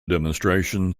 demonstration